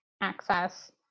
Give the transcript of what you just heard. access